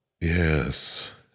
Yes